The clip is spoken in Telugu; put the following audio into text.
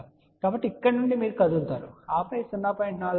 కాబట్టి ఇక్కడ నుండి మీరు కదులుతారు ఆపై 0